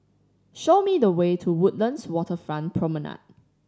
show me the way to Woodlands Waterfront Promenade